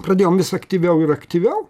pradėjom vis aktyviau ir aktyviau